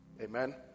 amen